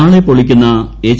നാളെ പൊളിക്കുന്ന എച്ച്